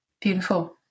Beautiful